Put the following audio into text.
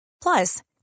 Plus